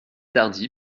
tardy